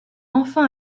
enfin